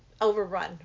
overrun